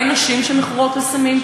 אין נשים שמכורות לסמים?